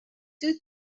two